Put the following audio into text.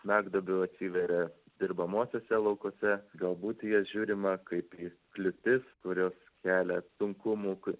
smegduobių atsiveria dirbamuosiuose laukuose galbūt į jas žiūrima kaip į kliūtis kurios kelia sunkumų kai